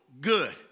good